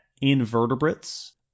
invertebrates